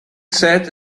sat